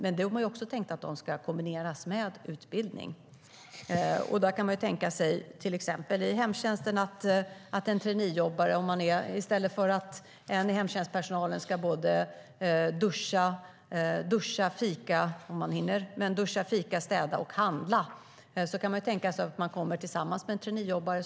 Det är tänkt att också traineejobben ska kombineras med utbildning. När det gäller hemtjänsten kan man tänka sig följande: I stället för att en ur hemtjänstpersonalen ska duscha, städa, handla och - om man hinner - fika kan den personalen komma tillsammans med en traineejobbare.